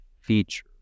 feature